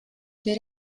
did